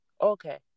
Okay